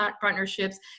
partnerships